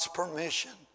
permission